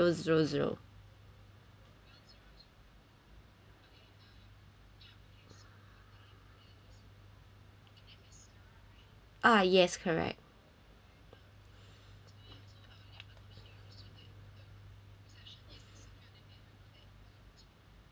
ah yes correct